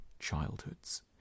childhoods